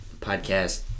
Podcast